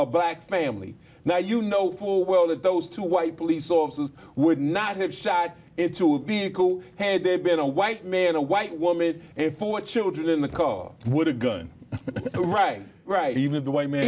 a black family now you know full well that those two white police officers would not have shot it to be a call had there been a white man a white woman and four children in the car would have done the right right even if the w